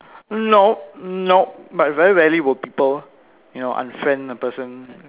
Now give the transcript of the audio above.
nope nope but very rarely will people you know unfriend a person